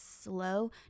slow